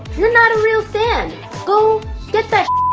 you're not a real fan. go get that